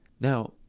now